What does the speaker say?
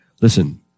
Listen